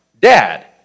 dad